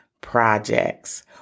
projects